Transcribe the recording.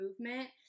movement